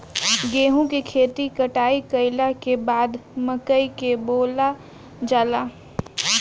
गेहूं के खेती कटाई कइला के बाद मकई के बोअल जाला